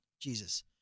Jesus